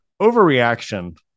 overreaction